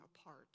apart